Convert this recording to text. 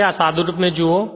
તેથી આ સાદુરૂપ ને જુઓ